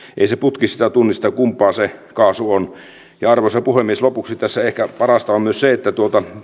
ei se putki tunnista kumpaa se kaasu on arvoisa puhemies lopuksi tässä ehkä parasta on se että